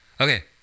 Okay